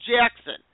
Jackson